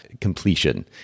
completion